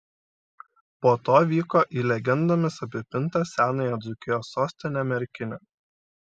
po to vyko į legendomis apipintą senąją dzūkijos sostinę merkinę